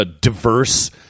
diverse